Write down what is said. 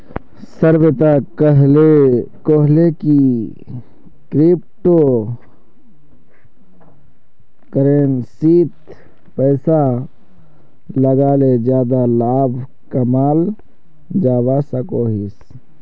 श्वेता कोहले की क्रिप्टो करेंसीत पैसा लगाले ज्यादा लाभ कमाल जवा सकोहिस